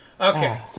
Okay